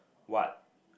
what